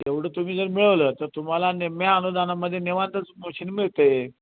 एवढं तुम्ही जर मिळवलं तर तुम्हाला निम्या अनुदानामध्ये नेवांत असं मशीन मिळते आहे